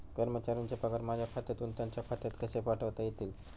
कर्मचाऱ्यांचे पगार माझ्या खात्यातून त्यांच्या खात्यात कसे पाठवता येतील?